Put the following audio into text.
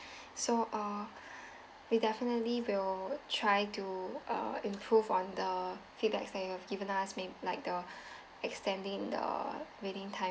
so uh we'll definitely will try to uh improve on the feedbacks that you have given us may like the extending the waiting time